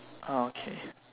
uh okay